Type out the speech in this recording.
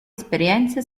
esperienze